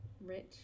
rich